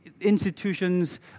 institutions